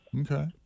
Okay